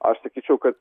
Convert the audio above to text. aš sakyčiau kad